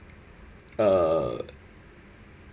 uh